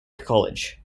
college